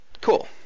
Cool